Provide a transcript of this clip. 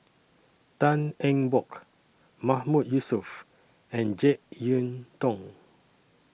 Tan Eng Bock Mahmood Yusof and Jek Yeun Thong